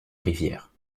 rivière